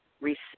respect